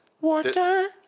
Water